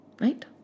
Right